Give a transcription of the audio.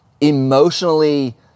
emotionally